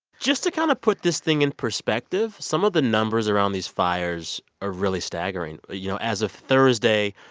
just to kind of put this thing in perspective, some of the numbers around these fires are really staggering. you know, as of thursday,